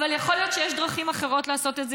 אבל יכול להיות שיש דרכים אחרות לעשות את זה,